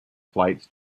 flights